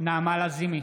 נעמה לזימי,